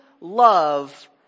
love